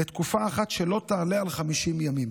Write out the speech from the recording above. לתקופה אחת שלא תעלה על 50 ימים.